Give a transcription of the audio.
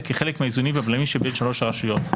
כחלק מהאיזונים והבלמים שבין שלוש הרשויות.